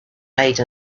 made